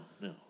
no